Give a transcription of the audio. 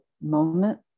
moment